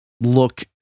look